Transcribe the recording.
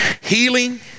Healing